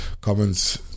comments